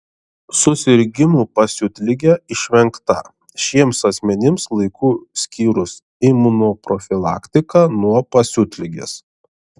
susirgimų pasiutlige išvengta šiems asmenims laiku skyrus imunoprofilaktiką nuo pasiutligės